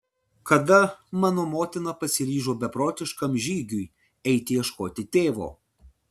kada mano motina pasiryžo beprotiškam žygiui eiti ieškoti tėvo